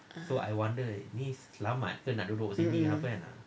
mmhmm